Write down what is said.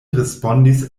respondis